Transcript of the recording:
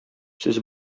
сез